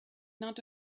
not